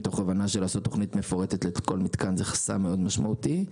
מתוך הבנה שלעשות תכנית מפורטת לכל מתקן זה חסם מאוד משמעותי.